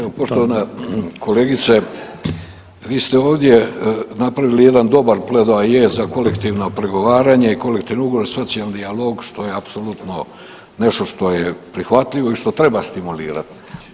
Evo poštovana kolegice, vi ste ovdje napravili jedan dobar pledoaje za kolektivno pregovaranje i kolektivni ugovor, socijaldijalog što je apsolutno nešto što je prihvatljivo i što treba stimulirati.